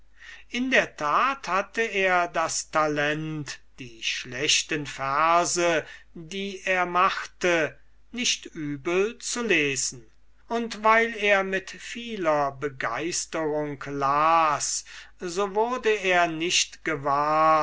in der tat hatte er das talent die schlechten verse die er machte nicht übel zu lesen und weil er mit vieler begeisterung las so ward er nicht gewahr